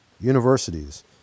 Universities